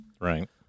Right